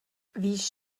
víš